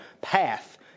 path